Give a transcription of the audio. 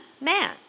man